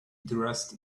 dressed